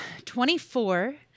24